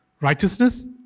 Righteousness